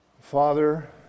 Father